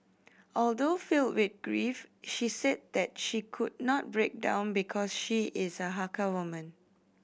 although filled with grief she said that she could not break down because she is a Hakka woman